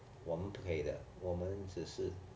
我们不可以的我们只是